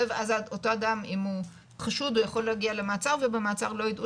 ואז אותו אדם אם הוא חשוד הוא יכול להגיע למעצר ובמעצר לא ידעו